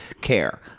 care